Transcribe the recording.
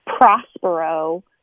Prospero